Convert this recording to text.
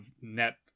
net